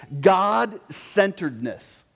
God-centeredness